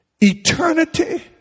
eternity